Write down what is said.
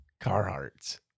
Carhartts